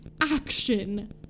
action